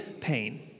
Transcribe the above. pain